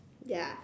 ya